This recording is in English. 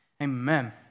amen